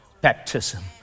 baptism